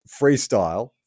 freestyle